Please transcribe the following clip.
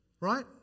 Right